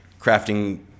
crafting